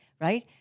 right